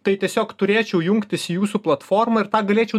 tai tiesiog turėčiau jungtis į jūsų platformą ir tą galėčiau